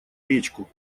речку